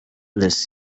les